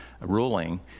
ruling